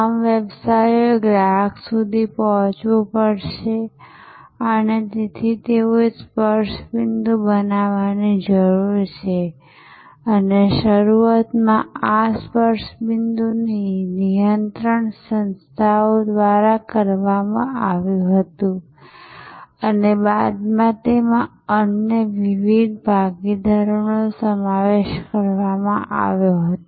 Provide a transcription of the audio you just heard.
તમામ વ્યવસાયોએ ગ્રાહક સુધી પહોંચવું પડશે અને તેથી તેઓએ સ્પર્શ બિંદુ બનાવવાની જરૂર છે અને શરૂઆતમાં આ સ્પર્શ બિંદુનું નિયંત્રણ સંસ્થાઓ દ્વારા કરવામાં આવ્યું હતું અને બાદમાં તેમાં અન્ય વિવિધ ભાગીદારોનો સમાવેશ કરવામાં આવ્યો હતો